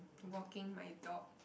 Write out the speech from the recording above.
walking my dog